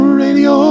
radio